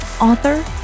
author